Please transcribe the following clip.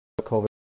COVID